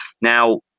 Now